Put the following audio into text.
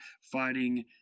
fighting